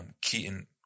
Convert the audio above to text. Keaton